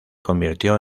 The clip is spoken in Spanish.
convirtió